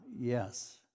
yes